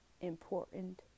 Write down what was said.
important